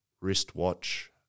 wristwatch